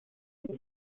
zen